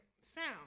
sound